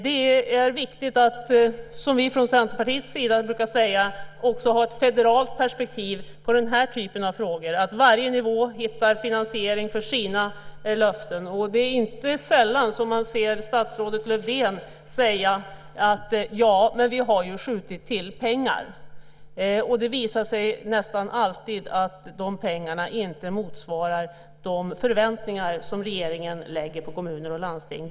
Det är viktigt att, som vi från Centerpartiets sida brukar säga, också ha ett federalt perspektiv på den här typen av frågor så att varje nivå hittar finansiering för sina löften. Inte sällan hör man statsrådet Lövdén säga: Ja, men vi har ju skjutit till pengar. Det visar sig nästan alltid att de pengarna inte motsvarar de förväntningar som regeringen lägger på kommuner och landsting.